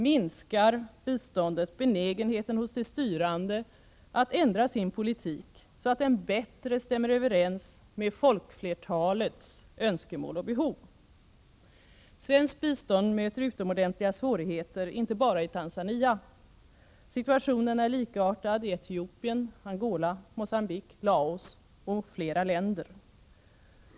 Minskar biståndet benägenheten hos de styrande att ändra sin politik så att den bättre stämmer överens med folkflertalets önskemål och behov? Svenskt bistånd möter utomordentliga svårigheter inte bara i Tanzania. Situationen är likartad i Etiopien, Angola, Mogambique, Laos och flera andra länder.